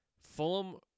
Fulham